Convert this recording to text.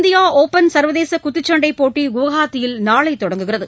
India open சர்வதேச குத்துச்சண்டை போட்டி குவஹாத்தியில் நாளை தொடங்குகிறது